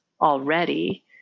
already